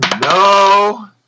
No